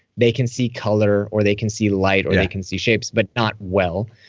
they can see color or they can see light or they can see shapes but not well.